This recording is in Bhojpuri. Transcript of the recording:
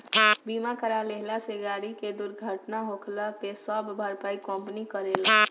बीमा करा लेहला से गाड़ी के दुर्घटना होखला पे सब भरपाई कंपनी करेला